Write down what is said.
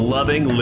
Loving